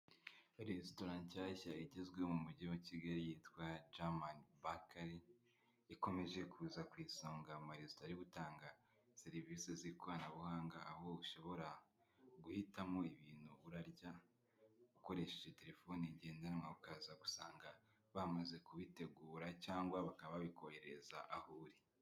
Muri resitora nshyashya igezweho mu mugi wa Kigali yitwa jamani bakari, ikomeje kuza ku isonga mu maresitora ari gutanga serivisi z'ikoranabuhanga, aho ushobora guhitamo ibintu urarya ukoresheje telefone ngendanwa, ukaza usanga bamaze kubitegura cyangwa bakaba babikoherereza aho uri.